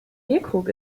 bierkrug